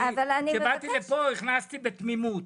כשהגעתי לפה הכנסת לי בתמימות.